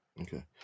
Okay